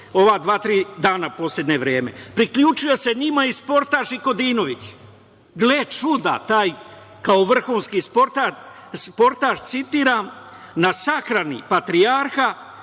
ova dva, tri dana u poslednje vreme. Priključio se njima i sportaš Ikodinović. Gle čuda, taj kao vrhunski sportaš, citiram: „Na sahrani patrijarha